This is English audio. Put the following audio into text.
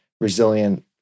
resilient